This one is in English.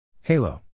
Halo